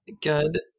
Good